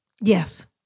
Yes